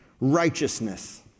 righteousness